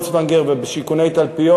באולסוונגר ובשיכוני תלפיות,